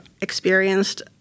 experienced